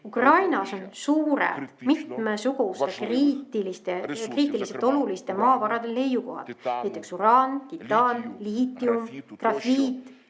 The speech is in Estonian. Ukrainas on suured mitmesuguste kriitiliselt oluliste maavarade leiukohad, näiteks uraan, titaan, liitium, grafiit